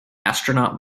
astronaut